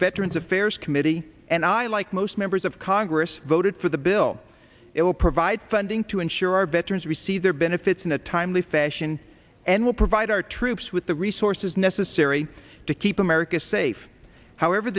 veterans affairs committee and i like most members of congress voted for the bill it will provide funding to ensure our veterans receive their benefits in a timely fashion and will provide our troops with the resources necessary to keep america safe however